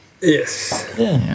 Yes